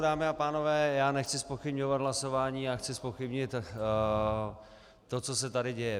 Dámy a pánové, já nechci zpochybňovat hlasování, chci zpochybnit to, co se tady děje.